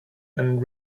and